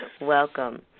Welcome